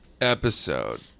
episode